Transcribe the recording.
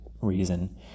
reason